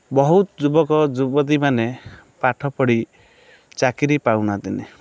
ବହୁତ୍ ଯୁବକ ଯୁବତୀ ମାନେ ପାଠ ପଢ଼ି ଚାକିରି ପାଉନାହାନ୍ତିନି